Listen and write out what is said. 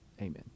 amen